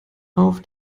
auf